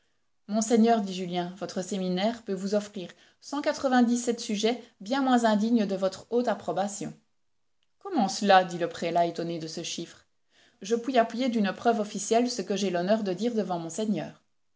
monseigneur dit julien votre séminaire peut vous offrir cent quatre vingt dix sept sujets bien moins indignes de votre haute approbation comment cela dit le prélat étonné de ce chiffre je puis appuyer d'une preuve officielle ce que j'ai l'honneur de dire devant monseigneur